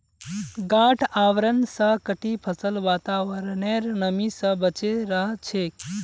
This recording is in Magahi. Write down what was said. गांठ आवरण स कटी फसल वातावरनेर नमी स बचे रह छेक